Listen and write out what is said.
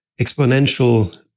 exponential